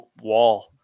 wall